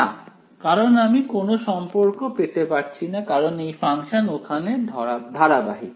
না কারণ আমি কোন সম্পর্ক পেতে পারছিনা কারণ এই ফাংশন ওখানে ধারাবাহিক